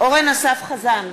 אורן אסף חזן,